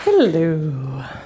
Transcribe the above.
Hello